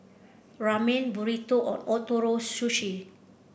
Ramen Burrito and Ootoro Sushi